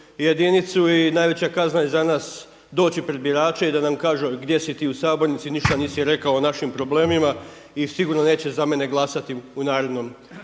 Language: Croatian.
jedinicu. I najveća kazna je za nas doći pred birače i da nam kažu, a gdje si ti u sabornici ništa nisi rekao o našim problemima i sigurno neće za mene glasati u narednim